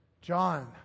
John